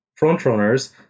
frontrunners